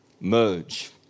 merge